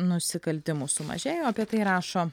nusikaltimų sumažėjo apie tai rašo